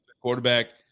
quarterback